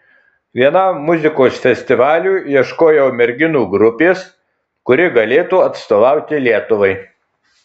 vienam muzikos festivaliui ieškojau merginų grupės kuri galėtų atstovauti lietuvai